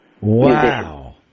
Wow